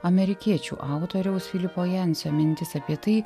amerikiečių autoriaus filipo jancio mintis apie tai